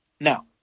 Now